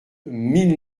mille